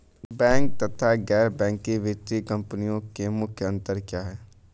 Bank तथा गैर banking वित्तीय कंपनियों में मुख्य अंतर क्या है?